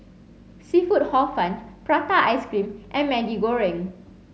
seafood hor fun prata ice cream and Maggi Goreng